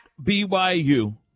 BYU